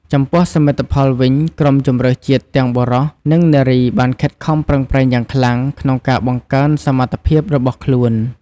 ចំពោះសមិទ្ធផលវិញ ក្រុមជម្រើសជាតិទាំងបុរស និងនារីបានខិតខំប្រឹងប្រែងយ៉ាងខ្លាំងក្នុងការបង្កើនសមត្ថភាពរបស់ខ្លួន។